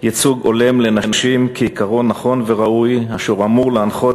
הייצוג ההולם של נשים כעיקרון נכון וראוי אשר אמור להנחות